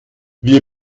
wir